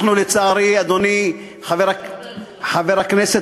אנחנו, לצערי, אדוני, אפשר לשפר, זה נכון.